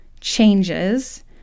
changes